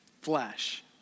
flesh